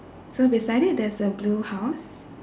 so beside it there's a blue house